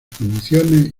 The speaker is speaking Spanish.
condiciones